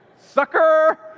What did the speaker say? Sucker